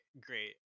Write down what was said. great